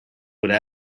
would